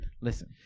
listen